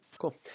Cool